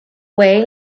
way